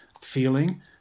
feeling